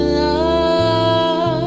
love